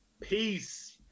Peace